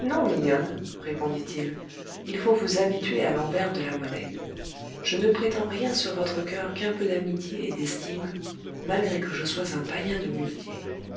non mignonne répondit-il il faut vous habituer à l'envers de la monnaie je ne prétends rien sur votre coeur qu'un peu d'amitié et d'estime malgré que je sois un païen de